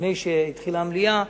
לפני שהתחילה ישיבת המליאה,